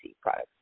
products